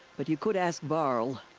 but you could ask varl.